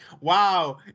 wow